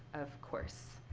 of course.